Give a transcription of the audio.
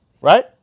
right